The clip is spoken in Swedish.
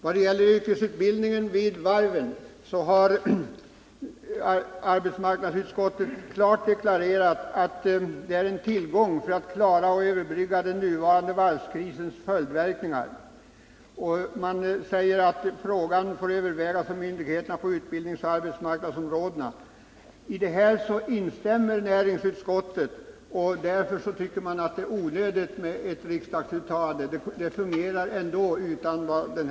Arbetsmarknadsutskottet har klart deklarerat att yrkesutbildningen vid varven är en tillgång för att klara och överbrygga den nuvarande varvskrisens följdverkningar. Frågan får övervägas av myndigheterna på utbildningsoch arbetsmarknadsområdena. I detta instämmer näringsutskottet, och därför tycker jag det är onödigt med ett riksdagsuttalande. Det fungerar ändå, utan ett sådant.